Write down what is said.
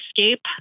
escape